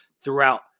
throughout